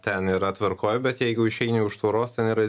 ten yra tvarkoj bet jeigu išeini už tvoros ten yra